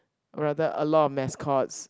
rather a lot of mascots